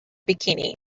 bikini